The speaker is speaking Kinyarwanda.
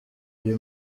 uyu